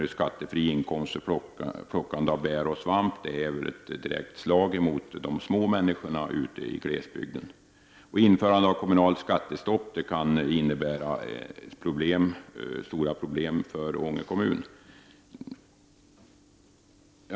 i skattefri inkomst för plockande av bär och svamp är ett direkt slag mot människorna ute i glesbygden. Införandet av kommunalt skattestopp kan innebära stora problem för Ånge kommun.